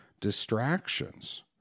distractions